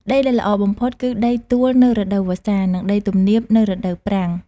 ដីដែលល្អបំផុតគឺដីទួលនៅរដូវវស្សា និងដីទំនាបនៅរដូវប្រាំង។